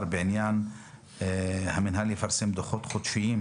בעניין "המינהל יפרסם דוחות חודשיים",